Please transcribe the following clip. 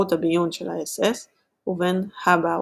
שירות הביון של האס־אס ובין האבווהר,